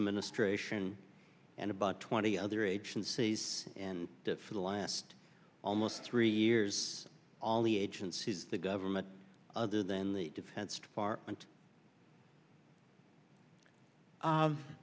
administration and about twenty other agencies and that for the last almost three years all the agencies the government other than the defense department